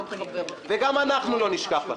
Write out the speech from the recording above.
וגם אנחנו לא נשכח לכם.